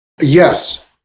Yes